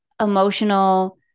emotional